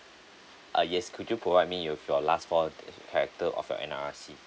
uh yes could you provide me with your last four character of your N_R_I_C